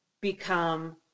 become